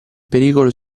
pericolo